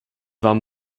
waren